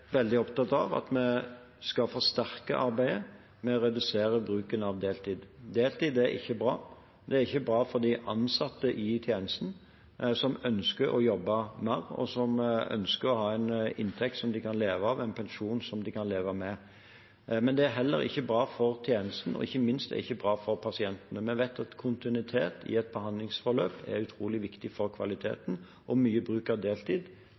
er ikke bra for de ansatte i tjenesten som ønsker å jobbe mer, og som ønsker å ha en inntekt som de kan leve av, og en pensjon som de kan leve med. Men det er heller ikke bra for tjenesten, og ikke minst er det ikke bra for pasientene. Vi vet at kontinuitet i et behandlingsforløp er utrolig viktig for kvaliteten, og mye bruk av deltid